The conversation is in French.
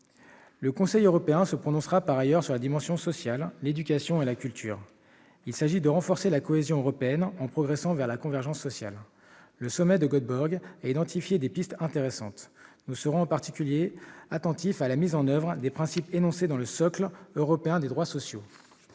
Le Conseil européen se prononcera par ailleurs sur les questions sociales, l'éducation et la culture. Il s'agit de renforcer la cohésion européenne en progressant vers la convergence sociale. En la matière, le sommet de Göteborg a permis d'identifier des pistes intéressantes. Nous serons, en particulier, attentifs à la mise en oeuvre des principes réunis dans le socle européen des droits sociaux.